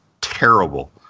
terrible